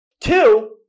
Two